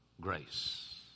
Grace